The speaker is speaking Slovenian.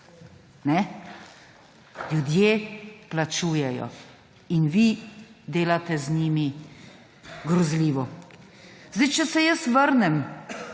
ljudje plačujejo in vi delate z njimi grozljivo.